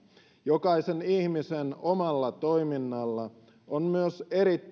jokaisen ihmisen omalla toiminnalla on myös erittäin